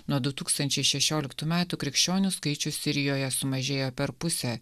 nuo du tūkstančiai šešioliktų metų krikščionių skaičius sirijoje sumažėjo per pusę